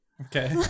Okay